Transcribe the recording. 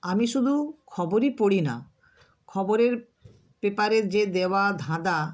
আমি শুধু খবরই পড়ি না খবরের পেপারে যে দেওয়া ধাঁধা